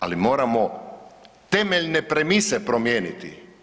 Ali moramo temeljne premise promijeniti.